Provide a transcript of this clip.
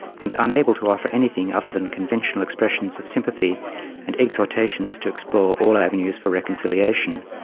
and unable to offer anything other than conventional expressions of sympathy and exhortations to explore all avenues for reconciliation,